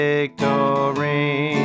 Victory